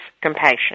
compassion